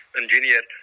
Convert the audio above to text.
engineer